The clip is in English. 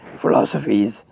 philosophies